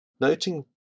noting